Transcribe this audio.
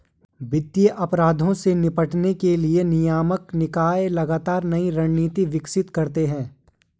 वित्तीय अपराधों से निपटने के लिए नियामक निकाय लगातार नई रणनीति विकसित करते हैं